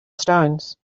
stones